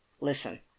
Listen